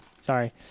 Sorry